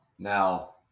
Now